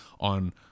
on